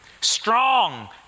Strong